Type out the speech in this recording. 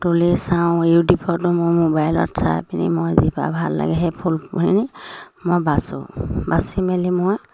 তুলি চাওঁ ইউটিউবতো মোৰ মোবাইলত চাই পিনি মই যিপাহ ভাল লাগে সেই ফুলখিনি মই বাচোঁ বাচি মেলি মই